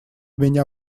меня